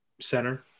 center